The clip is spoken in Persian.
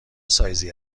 سایزی